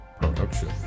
production